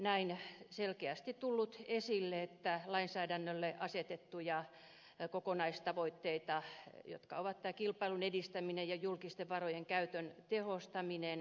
näin on selkeästi tullut esille että lainsäädännölle on asetettu kokonaistavoitteita jotka ovat kilpailun edistäminen ja julkisten varojen käytön tehostaminen